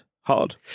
hard